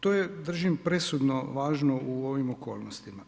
To je držim presudno važno u ovim okolnostima.